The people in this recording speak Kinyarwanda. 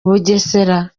bugesera